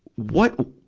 what,